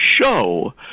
show